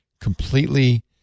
completely